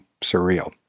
surreal